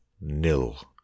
nil